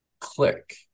click